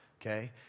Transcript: okay